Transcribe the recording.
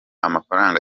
amafranga